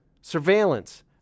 surveillance